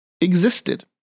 existed